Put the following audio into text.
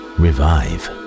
revive